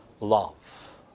love